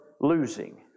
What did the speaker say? Losing